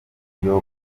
iyo